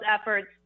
efforts